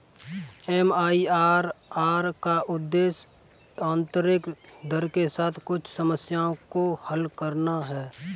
MIRR का उद्देश्य आंतरिक दर के साथ कुछ समस्याओं को हल करना है